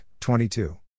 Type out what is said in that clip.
22